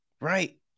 Right